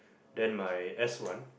then my S one